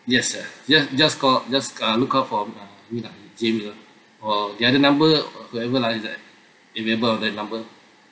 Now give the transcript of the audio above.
yes ah just just call just uh look out for uh me ah james ah or the other number whatever line is uh available of that number